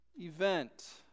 event